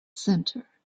center